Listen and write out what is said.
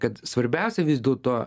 kad svarbiausia vis dėlto